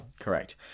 correct